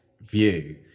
View